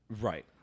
Right